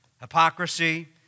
Hypocrisy